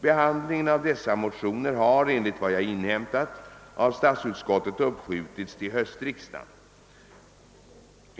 Behandlingen av dessa motioner har, enligt vad jag inhämtat, av statsutskottet uppskjutits till höstriksdagen.